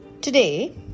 Today